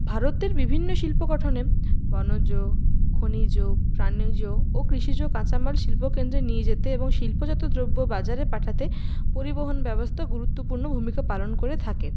ভারতের বিভিন্ন শিল্প গঠনে বনজ খনিজ প্রাণীজ ও কৃষিজ কাঁচামাল শিল্পকেন্দ্রে নিয়ে যেতে এবং শিল্পজাত দ্রব্য বাজারে পাঠাতে পরিবহণ ব্যবস্থা গুরুত্বপূর্ণ ভূমিকা পালন করে থাকে